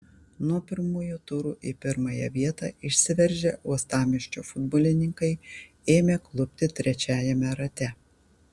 nuo pirmųjų turų į pirmąją vietą išsiveržę uostamiesčio futbolininkai ėmė klupti trečiajame rate